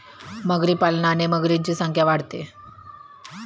मगरी पालनाने मगरींची संख्या वाढते